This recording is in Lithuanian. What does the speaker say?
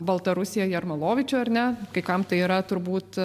baltarusijoj jarmalavičių ar ne kai kam tai yra turbūt